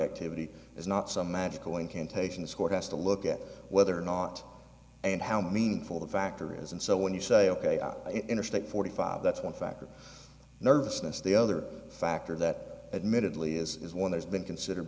activity is not some magical incantations court has to look at whether or not and how meaningful the factor is and so when you say ok interstate forty five that's one factor nervousness the other factor that admittedly is one that's been considered